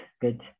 Good